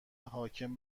حاکم